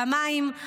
במים,